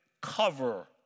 cover